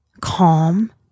calm